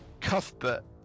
Cuthbert